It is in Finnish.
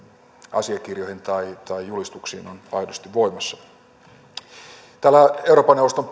asiakirjoihin tai julistuksiin on aidosti voimassa euroopan neuvoston